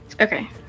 okay